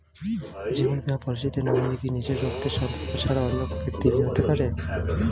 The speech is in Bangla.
জীবন বীমা পলিসিতে নমিনি কি নিজের রক্তের সম্পর্ক ছাড়া অন্য ব্যক্তি হতে পারে?